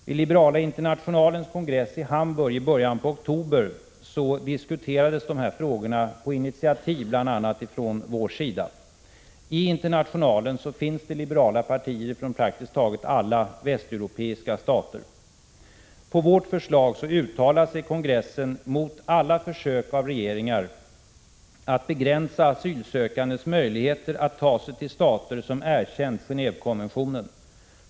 Vid liberala internationalens kongress i Hamburg i början av oktober diskuterades dessa frågor, på initiativ bl.a. från vår sida. I internationalen finns det liberala partier från praktiskt taget alla västeuropeiska stater. På vårt förslag uttalade sig kongressen mot alla försök av regeringar att begränsa asylsökandes möjligheter att ta sig till stater som erkänt Gen&vekonventionen.